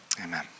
amen